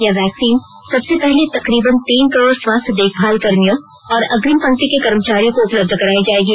यह वैक्सीन सबसे पहले तकरीबन तीन करोड स्वास्थ्य देखभाल कर्मियों और अग्रिम पंक्ति के कर्मचारियों को उपलब्ध कराई जाएगी